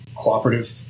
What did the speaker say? cooperative